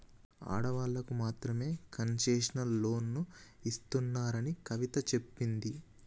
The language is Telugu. ఆడవాళ్ళకు మాత్రమే కన్సెషనల్ లోన్లు ఇస్తున్నారని కవిత చెప్పింది